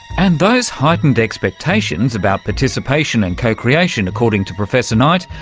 and those heightened expectations about participation and co-creation, according to professor knight,